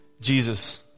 Jesus